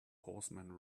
horseman